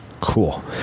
Cool